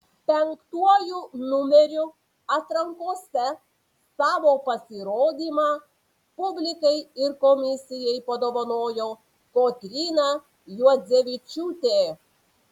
penktuoju numeriu atrankose savo pasirodymą publikai ir komisijai padovanojo kotryna juodzevičiūtė